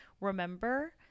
remember